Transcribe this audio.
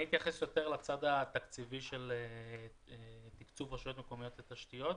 אני אתייחס יותר לצד התקציבי של תקצוב רשויות מקומיות לתשתיות.